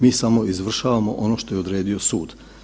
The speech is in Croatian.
Mi samo izvršavamo ono što je odredio sud.